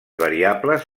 variables